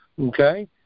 okay